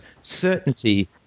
certainty